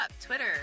Twitter